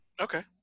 okay